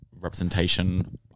representation